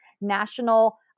national